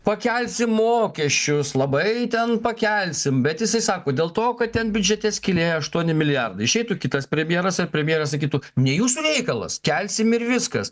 pakelsim mokesčius labai ten pakelsim bet jisai sako dėl to kad ten biudžete skylė aštuoni milijardai išeitų kitas premjeras ar premjerė sakytų ne jūsų reikalas kelsim ir viskas